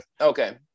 Okay